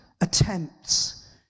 attempts